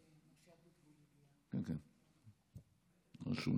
כן, רשום.